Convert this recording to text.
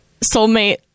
soulmate